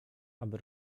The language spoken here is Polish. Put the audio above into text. aby